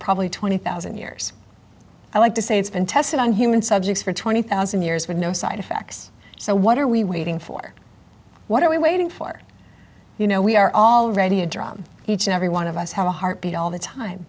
probably twenty thousand years i like to say it's been tested on human subjects for twenty thousand years with no side effects so what are we waiting for what are we waiting for you know we are already a drum each and every one of us have a heart beat all t